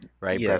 right